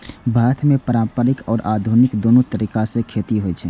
भारत मे पारंपरिक आ आधुनिक, दुनू तरीका सं खेती होइ छै